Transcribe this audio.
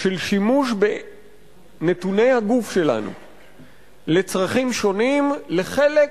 של שימוש בנתוני הגוף שלנו לצרכים שונים לחלק